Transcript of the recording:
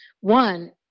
One